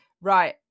right